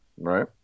Right